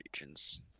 regions